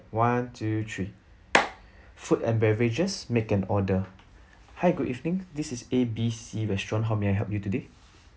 one two three food and beverages make an order hi good evening this is A B C restaurant how may I help you today